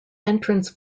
entrance